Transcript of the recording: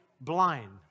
blind